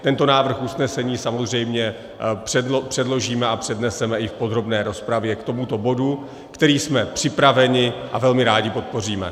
Tento návrh usnesení samozřejmě předložíme a předneseme i v podrobné rozpravě k tomuto bodu, který jsme připraveni a velmi rádi podpoříme.